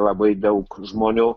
labai daug žmonių